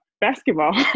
Basketball